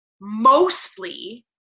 mostly